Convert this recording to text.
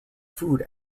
food